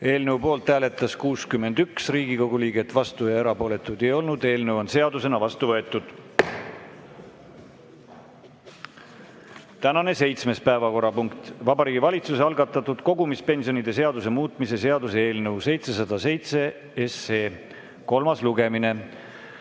Eelnõu poolt hääletas 61 Riigikogu liiget, vastuolijaid ega erapooletuid ei olnud. Eelnõu on seadusena vastu võetud. Tänane seitsmes päevakorrapunkt on Vabariigi Valitsuse algatatud kogumispensionide seaduse muutmise seaduse eelnõu 707 kolmas lugemine.